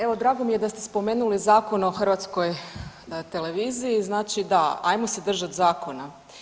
Evo, drago mi je da ste spomenuli Zakon o Hrvatskoj televiziji, znači da, ajmo se držati zakona.